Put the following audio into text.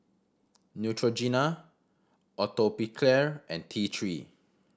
Neutrogena Atopiclair and T Three